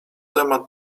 temat